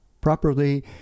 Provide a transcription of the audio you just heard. properly